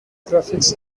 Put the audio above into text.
graphics